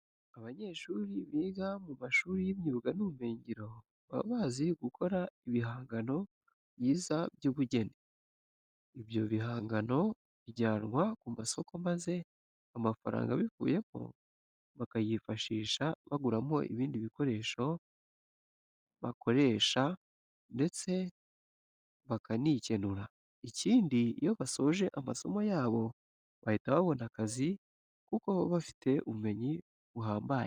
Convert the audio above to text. Abanyeshuri biga mu mashuri y'imyuga n'ubumenyingiro baba bazi gukora ibihangano byiza by'ubugeni. Ibyo bihangano bijyanwa ku masoko maze amafaranga abivuyemo bakayifashisha baguramo ibindi bikoresho bakoresha ndetse bakanikenura. Ikindi, iyo basoje amasomo yabo bahita babona akazi kuko baba bafite ubumenyi buhambaye.